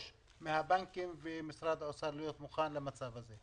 מן הבנקים וממשרד האוצר להיות מוכנים למצב הזה.